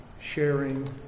sharing